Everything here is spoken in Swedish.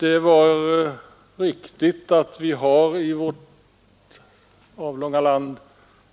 Det är riktigt att det i Nr 146 vårt till ytan stora land